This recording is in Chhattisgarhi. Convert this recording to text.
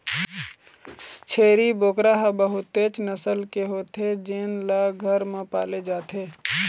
छेरी बोकरा ह बहुतेच नसल के होथे जेन ल घर म पाले जाथे